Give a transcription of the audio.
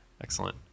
Excellent